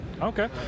Okay